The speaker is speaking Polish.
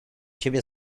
ciebie